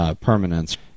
Permanence